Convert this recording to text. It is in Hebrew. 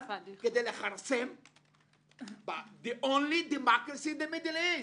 כדי לכרסם ב-the only democrathy in the middle east.